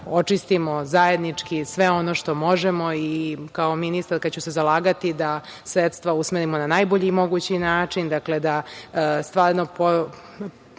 očistimo zajednički sve ono što možemo i kao ministarka ću se zalagati da sredstva usmerimo na najbolji mogući način, dakle, da stvarno